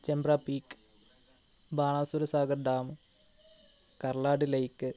Chembra peak Banasura Sagar dam Karlad lake